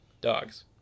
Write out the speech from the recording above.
dogs